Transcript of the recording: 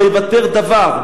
לא ייוותר דבר,